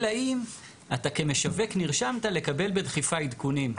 אלא אם אתה כמשווק נרשמת לקבל בדחיפה עדכונים.